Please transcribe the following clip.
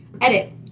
Edit